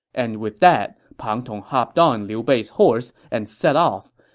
and with that, pang tong hopped on liu bei's horse and set off.